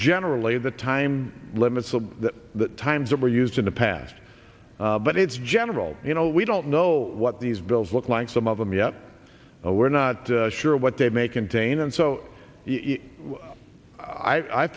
generally the time limit so that the times are used in the past but it's general you know we don't know what these bills look like some of them yet we're not sure what they may contain and so i